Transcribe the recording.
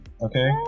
Okay